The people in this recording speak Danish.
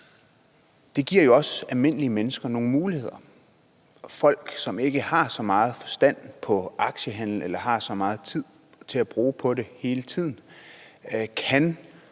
Det giver jo også almindelige mennesker nogle muligheder, og folk, som ikke har så meget forstand på aktiehandel eller har så meget tid at bruge på det hele tiden, kan